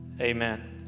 Amen